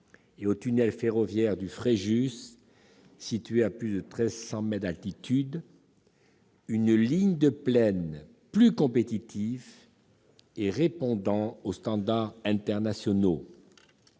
et au tunnel ferroviaire du Fréjus, situé à plus de 1 300 mètres d'altitude, une ligne de plaine, plus compétitive et répondant aux standards internationaux.